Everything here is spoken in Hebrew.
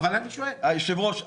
אדוני היושב-ראש,